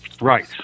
Right